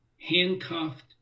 handcuffed